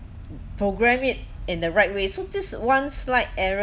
programme it in the right way so this one slight error